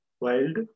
wild